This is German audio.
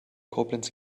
koblenz